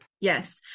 Yes